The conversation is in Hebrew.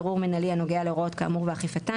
בירור מינהלי הנוגע להוראות כאמור ואכיפתן,